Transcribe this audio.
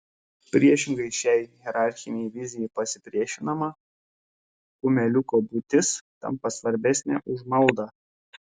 priešingai šiai hierarchinei vizijai pasipriešinama kumeliuko būtis tampa svarbesnė už maldą